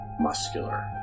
muscular